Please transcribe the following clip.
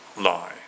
lie